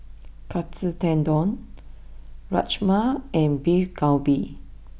Katsu Tendon Rajma and Beef Galbi